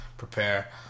prepare